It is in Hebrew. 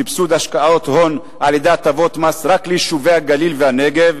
סבסוד השקעות הון על-ידי הטבות מס רק ליישובי הגליל והנגב,